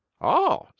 oh,